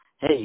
Hey